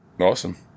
Awesome